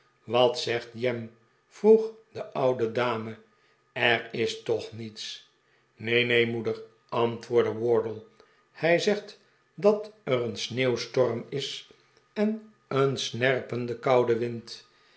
wat zegt jem vroeg de oude dame er is toch niets neen neen moeder antwoordde wardle hij zegt dat er een sneeuwstorm is en een snerpend koude wind